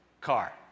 car